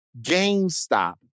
GameStop